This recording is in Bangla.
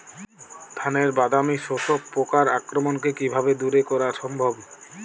ধানের বাদামি শোষক পোকার আক্রমণকে কিভাবে দূরে করা সম্ভব?